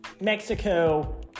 Mexico